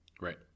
Right